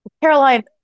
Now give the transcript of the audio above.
Caroline